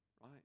right